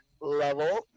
level